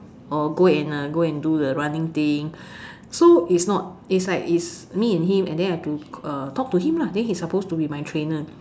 or go and uh go and do the running thing so is not is like is me and him and then I have to uh talk to him lah then he's supposed to be my trainer